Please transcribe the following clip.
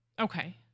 Okay